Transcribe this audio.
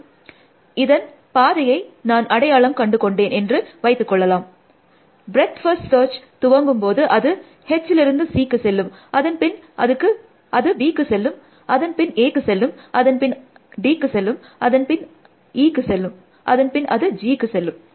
மற்றும் இதன் பாதையை நான் அடையாளம் கண்டு கொண்டேன் என்று வைத்து கொள்ளலாம் ப்ரெட்த் ஃபர்ஸ்ட் சர்ச் துவங்கும்போது அது Hலிருந்து Cக்கு செல்லும் அதன் பின் அது Bக்கு செல்லும் அதன் பின் Aக்கு செல்லும் அதன் பின் அது Dக்கு செல்லும் அதன் பின் அது Eக்கு செல்லும் அதன் பின் அது Gக்கு செல்லும்